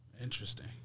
Interesting